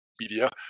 Media